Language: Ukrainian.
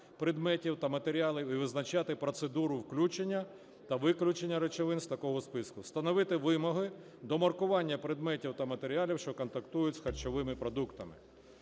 предметів та матеріалів, і визначати процедуру включення та виключення речовин з такого списку. Встановити вимоги до маркування предметів та матеріалів, що контактують з харчовими продуктами.